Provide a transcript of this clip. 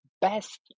best